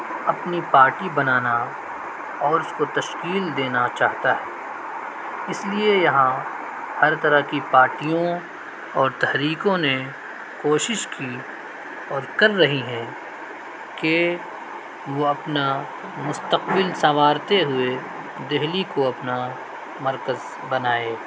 اپنی پارٹی بنانا اور اس کو تشکیل دینا چاہتا ہے اس لیے یہاں ہر طرح کی پارٹیوں اور تحریکوں نے کوشش کی اور کر رہی ہیں کہ وہ اپنا مستقبل سنوارتے ہوئے دہلی کو اپنا مرکز بنائے